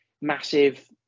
Massive